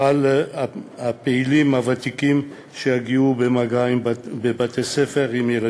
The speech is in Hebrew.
על האזרחים הוותיקים שיהיו במגע בבתי-ספר עם ילדים.